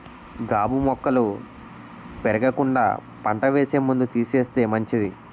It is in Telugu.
గాబు మొక్కలు పెరగకుండా పంట వేసే ముందు తీసేస్తే మంచిది